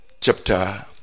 chapter